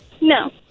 No